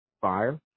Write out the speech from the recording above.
fire